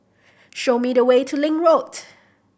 show me the way to Link Road